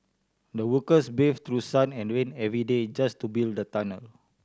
the workers braved through sun and rain every day just to build the tunnel